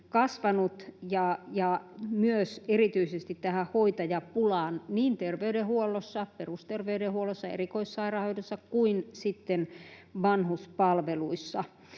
kasvanut, ja erityisesti tähän hoitajapulaan niin terveydenhuollossa — perusterveydenhuollossa, erikoissairaanhoidossa — kuin sitten vanhuspalveluissa.